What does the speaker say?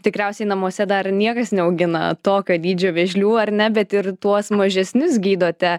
tikriausiai namuose dar niekas neaugina tokio dydžio vėžlių ar ne bet ir tuos mažesnius gydote